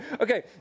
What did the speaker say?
Okay